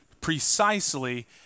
precisely